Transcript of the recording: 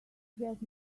get